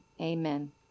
amen